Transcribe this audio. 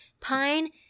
Pine